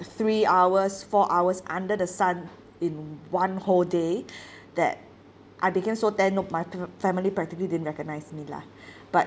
three hours four hours under the sun in one whole day that I became so tan no my f~ family practically didn't recognise me lah but